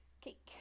Cake